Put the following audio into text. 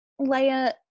Leia